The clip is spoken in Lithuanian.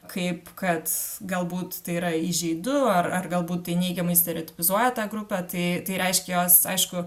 kaip kad galbūt tai yra įžeidu ar ar galbūt tai neigiamai stereotipizuoja tą grupę tai tai reiškia jos aišku